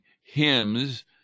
hymns